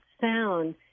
sound